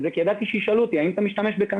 זה כי ידעתי שישאלו אותי האם אתה משתמש בקנאביס